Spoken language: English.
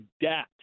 debt